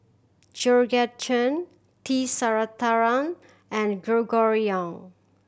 Georgette Chen T Sasitharan and Gregory Yong